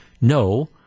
No